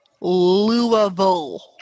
Louisville